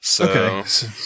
Okay